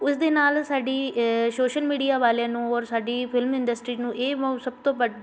ਉਸਦੇ ਨਾਲ ਸਾਡੀ ਸੋਸ਼ਲ ਮੀਡੀਆ ਵਾਲਿਆਂ ਨੂੰ ਔਰ ਸਾਡੀ ਫਿਲਮ ਇੰਡਸਟਰੀ ਨੂੰ ਇਹ ਮ ਸਭ ਤੋਂ ਵੱਧ